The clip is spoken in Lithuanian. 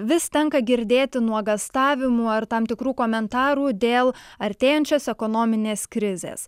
vis tenka girdėti nuogąstavimų ar tam tikrų komentarų dėl artėjančios ekonominės krizės